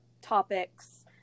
topics